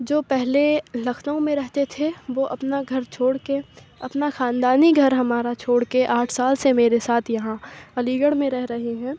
جو پہلے لکھنؤ میں رہتے تھے وہ اپنا گھر چھوڑ کے اپنا خاندانی گھر ہمارا چھوڑ کے آٹھ سال سے میرے ساتھ یہاں علی گڑھ میں رہ رہے ہیں